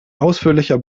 ausführlicher